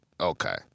Okay